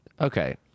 Okay